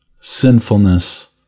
sinfulness